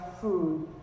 food